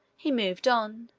he moved on.